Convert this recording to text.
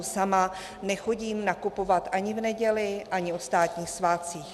Sama nechodím nakupovat ani v neděli, ani o státních svátcích.